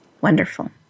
wonderful